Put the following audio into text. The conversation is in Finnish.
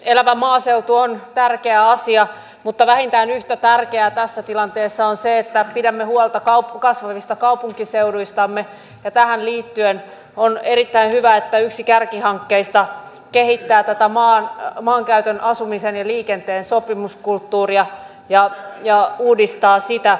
elävä maaseutu on tärkeä asia mutta vähintään yhtä tärkeää tässä tilanteessa on se että pidämme huolta kasvavista kaupunkiseuduistamme ja tähän liittyen on erittäin hyvä että yksi kärkihankkeista kehittää tätä maankäytön asumisen ja liikenteen sopimuskulttuuria ja uudistaa sitä